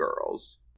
girls